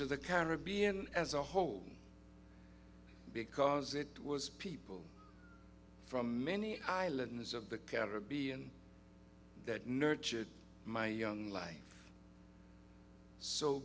to the caribbean as a whole because it was people from many islands of the caribbean that nurtured my young life so